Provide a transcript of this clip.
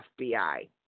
FBI